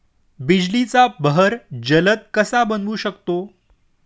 बिजलीचा बहर जलद कसा बनवू शकतो?